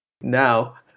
Now